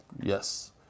Yes